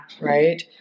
Right